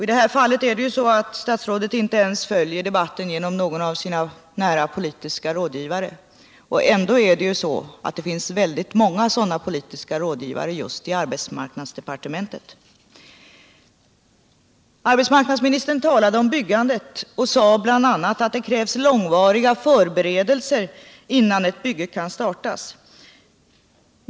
I det här fallet följer statsrådet inte ens debatten genom någon av sina nära politiska rådgivare — och ändå finns det väldigt många sådana politiska rådgivare just i arbetsmarknadsdepartementet. Arbetsmarknadsministern talade om byggandet och sade bl.a. att det krävs långvariga förberedelser innan ett bygge kan startas.